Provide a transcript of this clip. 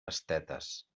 pastetes